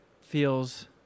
feels